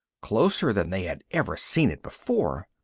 closer than they had ever seen it before.